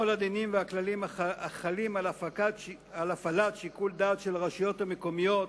ולכל הדינים והכללים החלים על הפעלת שיקול דעת של הרשויות המקומיות,